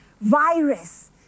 virus